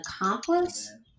accomplice